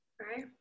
right